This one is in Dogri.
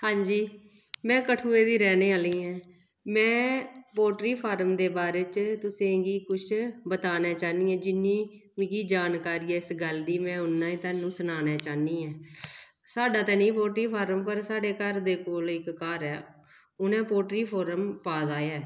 हां जी में कठुए दी रैह्ने आह्ली ऐं में पोल्ट्री फार्म दे बारे च तुसेंगी कुछ बताना चाह्न्नी आं जिन्नी मिगी जानकारी ऐ इस गल्ल दी में उन्ना तोआनू सनाना चाह्न्नी ऐं साढ़ा ते निं पोल्ट्री फार्म पर साढ़े घर कोल इक घर ऐ उ'नें पोल्ट्री फार्म पाए दा ऐ